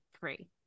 free